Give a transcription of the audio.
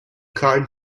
crime